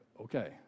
okay